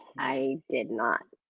i did not,